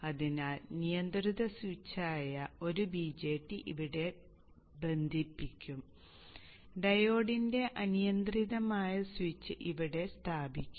അതിനാൽ നിയന്ത്രിത സ്വിച്ചായ 1 BJT ഇവിടെ ബന്ധിപ്പിക്കും ഡയോഡിന്റെ അനിയന്ത്രിതമായ സ്വിച്ച് ഇവിടെ സ്ഥാപിക്കും